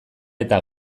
eta